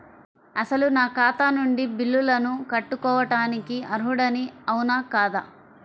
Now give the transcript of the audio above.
అసలు నా ఖాతా నుండి బిల్లులను కట్టుకోవటానికి అర్హుడని అవునా కాదా?